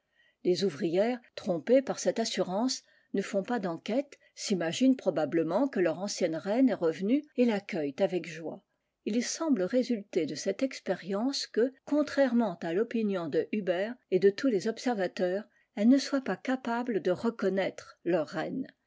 les ouvrières trompées par cette assurance ne font pas denquète s'imaginent probablement que leur ancienne relue est revenue et raccueillent avecoie il semble résulter de cette expérience que contrairement à topinion de iluber et dç tous les observateurs elles ne soient pas capables de reconnaître leur reine